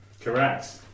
Correct